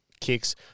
kicks